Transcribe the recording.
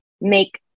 make